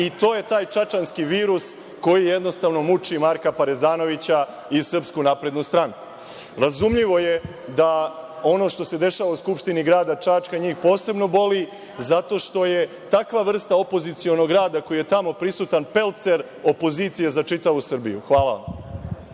To je taj čačanski virus koji jednostavno muči Marka Parezanovića i Srpsku naprednu stranku. Razumljivo je da ono što se dešava u Skupštini grada Čačka njih posebno boli, zato što je takva vrsta opozicionog rada koji je tamo prisutan pelcer opozicije za čitavu Srbiju. Hvala